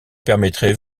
permettrez